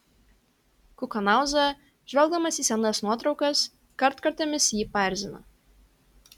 kukanauza žvelgdamas į senas nuotraukas kartkartėmis jį paerzina